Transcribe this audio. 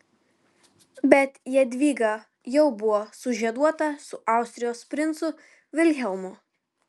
bet jadvyga jau buvo sužieduota su austrijos princu vilhelmu